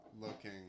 looking